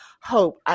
hope